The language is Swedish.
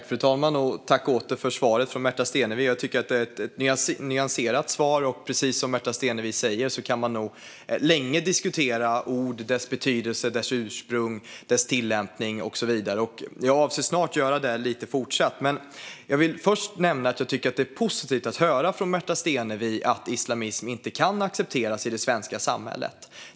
Fru talman! Jag vill återigen tacka för svaret från Märta Stenevi. Jag tycker att det är ett nyanserat svar. Precis som Märta Stenevi säger kan man nog länge diskutera ord och deras betydelse, ursprung, tillämpning och så vidare. Jag avser att snart fortsätta göra det lite, men jag vill först nämna att jag tycker att det är positivt att höra från Märta Stenevi att islamism inte kan accepteras i det svenska samhället.